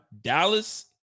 Dallas